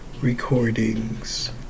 recordings